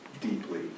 deeply